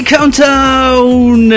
Countdown